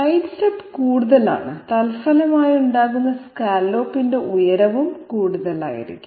sidestep കൂടുതലാണ് തത്ഫലമായുണ്ടാകുന്ന സ്കല്ലോപ്പിന്റെ ഉയരവും കൂടുതലായിരിക്കും